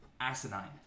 asinine